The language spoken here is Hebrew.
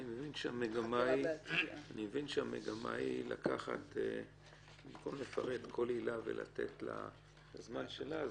אני מבין שהמגמה היא במקום לפרט כל עילה ולתת לה את הזמן שלה,